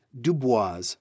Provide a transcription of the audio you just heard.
Dubois